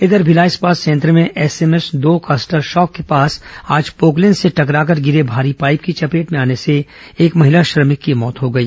इधर भिलाई इस्पात संयंत्र में एसएमएस दो कास्टर शॉप के पास आज पोकलेन से टकराकर गिरे भारी पाईप की चपेट में आने से एक महिला श्रमिक की मौत हो गई